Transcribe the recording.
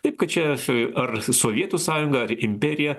taip kad čia ar sovietų sąjunga ar imperija